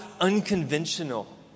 unconventional